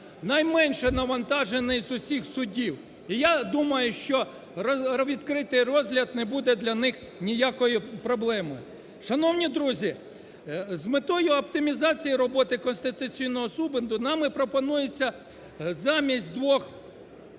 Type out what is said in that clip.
найменше навантажений із усіх судів. І я думаю, що відкритий розгляд не буде для них ніякою проблемою. Шановні друзі, з метою оптимізації роботи Конституційного Суду нами пропонується замість двох